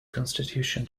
constitution